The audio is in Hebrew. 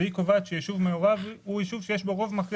והיא קובעת שיישוב מעורב הוא יישוב שיש בו רוב מכריע